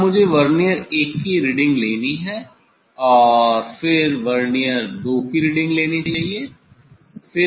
अब मुझे वर्नियर 1 की रीडिंग लेनी है और फिर वर्नियर 2 की रीडिंग लेनी चाहिए